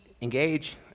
engage